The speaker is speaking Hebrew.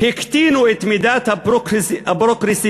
"הקטינו את מידת הפרוגרסיביות